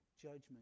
judgment